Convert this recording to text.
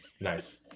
Nice